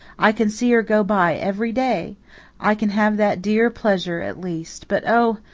i can see her go by every day i can have that dear pleasure, at least. but oh,